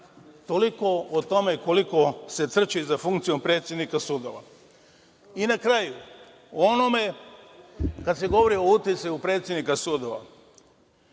Toliko o tome koliko se trči za funkcijom predsednika sudova. Na kraju, kada se govori o uticaju predsednika sudova.